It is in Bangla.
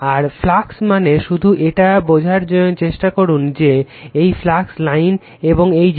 আর ফ্লাক্স মানে শুধু এটা বোঝার চেষ্টা করুন যে এই ফ্লাক্স লাইন এবং এই জিনিসটা